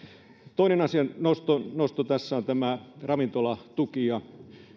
toinen nosto nosto tässä on tämä ravintolatuki ja